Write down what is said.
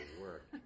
work